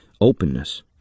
Openness